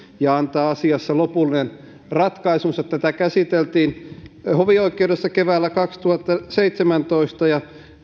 ja antaa asiassa lopullinen ratkaisunsa tätä käsiteltiin hovioikeudessa keväällä kaksituhattaseitsemäntoista ja